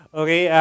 okay